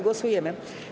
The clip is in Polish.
Głosujemy.